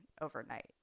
overnight